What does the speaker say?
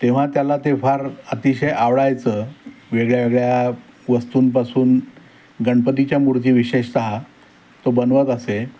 तेव्हा त्याला ते फार अतिशय आवडायचं वेगळ्या वेगळ्या वस्तूंपासून गणपतीच्या मूर्ती विशेषतः तो बनवत असे